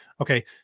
Okay